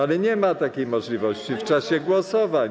Ale nie ma takiej możliwości w czasie głosowań.